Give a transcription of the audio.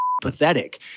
pathetic